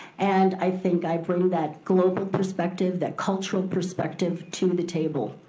and i think i bring that global perspective, that cultural perspective to the table.